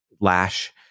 lash